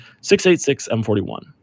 686-M41